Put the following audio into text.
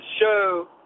show